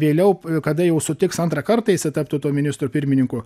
vėliau kada jau sutiks antrą kartą jisai taptų tuo ministru pirmininku